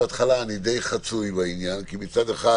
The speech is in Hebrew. מצד אחד,